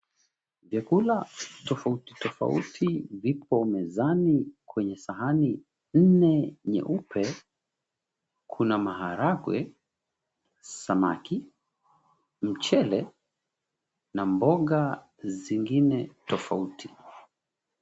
Vyakula tofauti tofauti viko mezani kwenye sahani nne nyeupe. Kuna maharagwe, samaki, mchele, na mboga zingine tofauti.